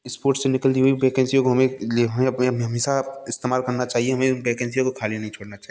sports से निकलती हुई वैकेंसियों को हमें हमेशा इस्तेमाल करनी चाहिए हमें वैकेंसियों को खाली नहीं छोड़ना चाहिए